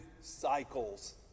cycles